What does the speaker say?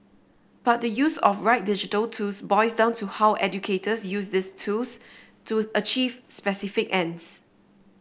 but the use of the right digital tools boils down to how educators use these tools to achieve specific ends